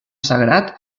sagrat